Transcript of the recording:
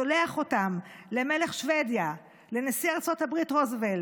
שולח אותם למלך שבדיה, לנשיא ארצות הברית רוזוולט,